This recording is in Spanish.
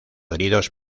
heridos